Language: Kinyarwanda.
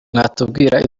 mwatubwira